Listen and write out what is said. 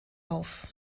auf